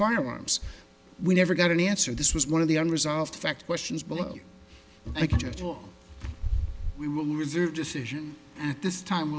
firearms we never got an answer this was one of the unresolved fact questions below i just will we will reserve decision at this time